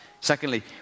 Secondly